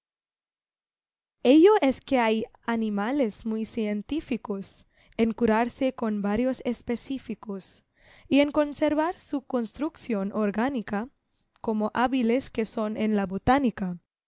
ello es que hay animales muy científicos en curarse con varios específicos y en conservar su construcción orgánica como hábiles que son en la botánica